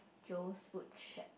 Joe's food shack